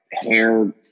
hair